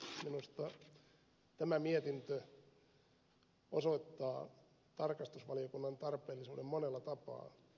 minusta tämä mietintö osoittaa tarkastusvaliokunnan tarpeellisuuden monella tapaa